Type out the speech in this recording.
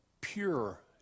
pure